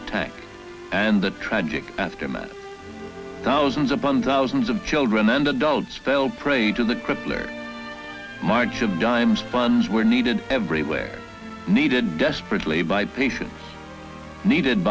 attack and the tragic aftermath thousands upon thousands of children and adults fell prey to the crippler march of dimes funds were needed everywhere needed desperately by patients needed